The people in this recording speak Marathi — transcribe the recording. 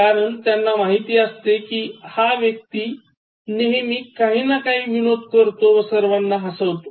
कारण त्यांना माहिती असते कि हा व्यक्ती नेहमी काहीनाकाही विनोद करतो व सर्वाना हसवतो